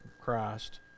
Christ